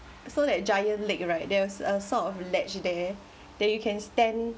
so like a giant lake right there was a sort of ledge there that you can stand